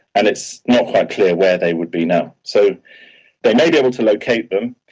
and it's not quite clear where they would be now. so they may be able to locate them,